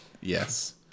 Yes